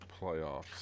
playoffs